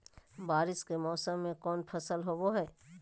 बारिस के मौसम में कौन फसल होबो हाय?